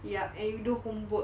yup and you do homework